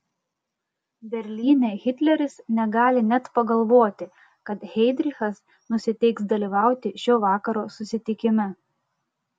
berlyne hitleris negali net pagalvoti kad heidrichas nesiteiks dalyvauti šio vakaro susitikime